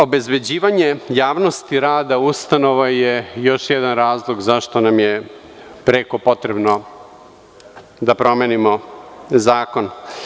Obezbeđivanje javnosti rada ustanova je još jedan razlog zašto nam je preko potrebno da promenimo zakon.